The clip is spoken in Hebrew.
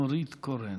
נורית קורן.